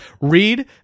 read